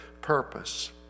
purpose